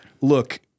look